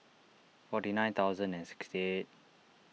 forty nine thousand and sixty eight